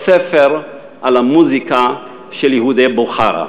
עוד ספר, על המוזיקה של יהודי בוכרה,